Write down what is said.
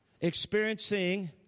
experiencing